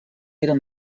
eren